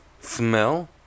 smell